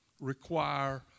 require